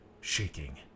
shaking